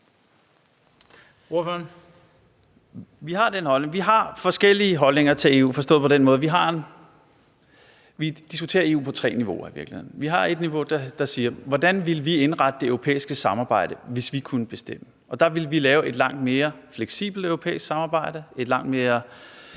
Vi har forskellige holdninger til EU, forstået på den måde, at vi diskuterer EU på tre niveauer i virkeligheden. Vi har et niveau, der siger: Hvordan ville vi indrette det europæiske samarbejde, hvis vi kunne bestemme? Der ville vi lave et langt mere fleksibelt europæisk samarbejde;